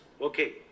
Okay